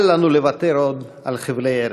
אל לנו לוותר עוד על חבלי ארץ,